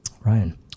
Ryan